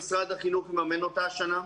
שמשרד החינוך יממן אותה השנה.